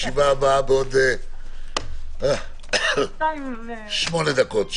הישיבה ננעלה בשעה 13:56.